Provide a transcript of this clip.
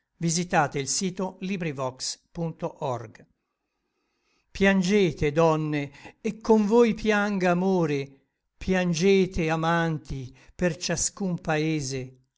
varco piangete donne et con voi pianga amore piangete amanti per ciascun paese